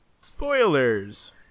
Spoilers